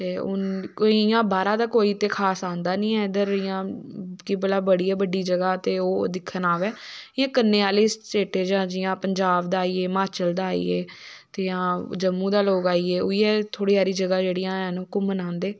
ते हुन कोई इयां बाह्रा दा कोई ते खास आंदा नी ऐ इयां कि भला बड़ी गै बड्डी जगाह् ते ओह् दिक्खन आवै इयां कन्नै आह्ले स्टेटें चा जियां पंजाब दा आईये हिमाचल दा आईये ते हां जम्मू दा लोग आईये उयै थुड़ी हारी जगाह्ं जेह्ड़ियां हैन घूमन आंदे